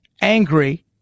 angry